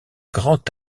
grand